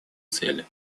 цели